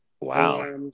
Wow